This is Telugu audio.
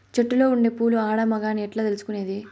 చెట్టులో ఉండే పూలు ఆడ, మగ అని ఎట్లా తెలుసుకునేది?